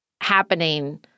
Happening